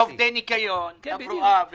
עובדי ניקיון, תברואה וכדומה.